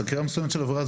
חקירה מסוימת של עבירה,